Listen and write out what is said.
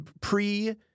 Pre-